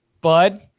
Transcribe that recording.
Bud